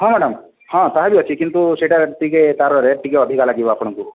ହଁ ମ୍ୟାଡ଼ାମ ହଁ ତାହାବି ଅଛି କିନ୍ତୁ ସେଇଟା ଟିକେ ତାର ରେଟ ଟିକେ ଅଧିକା ଲାଗିବ ଆପଣଙ୍କୁ